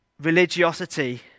religiosity